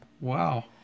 Wow